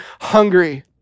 hungry